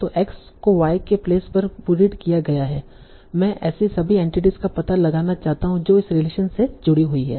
तो X को Y के प्लेस पर बुरिड किया गया है मैं ऐसी सभी एंटिटीस का पता लगाना चाहता हूं जो इस रिलेशन से जुड़ी हुई हैं